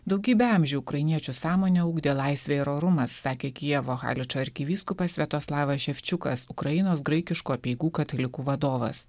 daugybę amžių ukrainiečių sąmonę ugdė laisvė ir orumas sakė kijevo haličo arkivyskupas sviatoslavas ševčiukas ukrainos graikiškų apeigų katalikų vadovas